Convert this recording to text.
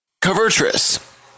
Covertris